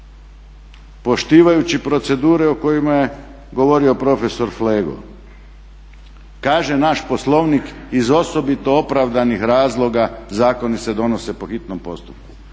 poštivajući procedure o kojima je govorio prof. Flego, kaže naš Poslovnik iz osobito opravdanih razloga zakoni se donose po hitnom postupku.